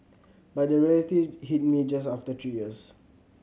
but the reality hit me just after three years